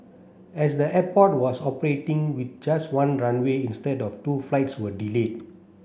as the airport was operating with just one runway instead of two flights were delayed